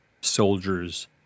soldiers